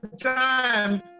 time